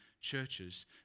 churches